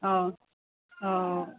অ অ